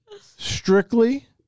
Strictly